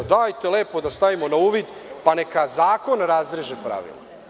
Dajte lepo da stavimo na uvid, pa neka zakon razreže pravila.